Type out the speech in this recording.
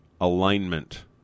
alignment